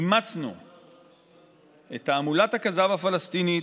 אימצנו את תעמולת הכזב הפלסטינית,